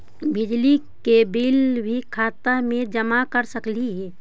बिजली के बिल भी खाता से जमा कर सकली ही?